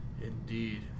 Indeed